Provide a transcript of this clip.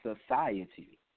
society